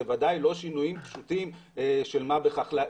אלה בוודאי לא שינויים פשוטים של מה בכך.